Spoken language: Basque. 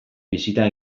bisita